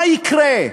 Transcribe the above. מה יקרה?